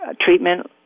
treatment